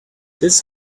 this